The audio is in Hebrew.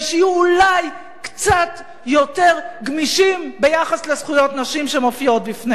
אולי קצת יותר גמישים ביחס לזכויות הנשים שמופיעות בפניהם.